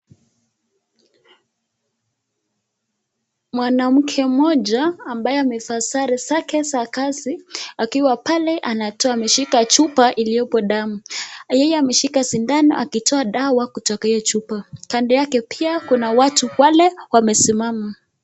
Mwanamke mmoja ambaye amevaa sare zake za kazi, akiwa pale anatoa, ameshika chupa iliopo damu. Yeye ameshika sindano akitoa dawa kutoka hiyo chupa kando yake pia kuna watu wale wamesimama.